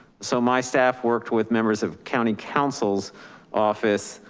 so my staff worked with members of county councils office,